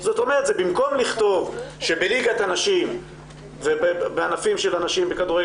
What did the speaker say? זאת אומרת זה במקום לכתוב שבליגת הנשים ובענפים של הנשים בכדורגל